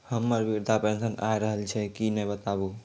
हमर वृद्धा पेंशन आय रहल छै कि नैय बताबू?